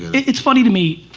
it's funny to me,